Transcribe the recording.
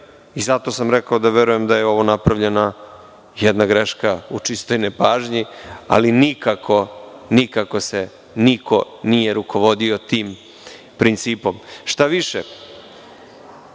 i zato sam rekao da verujem da je ovo napravljena jedna greška u čistoj nepažnji ali nikako se niko nije rukovodio tim principom. Šta više,